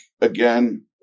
again